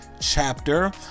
chapter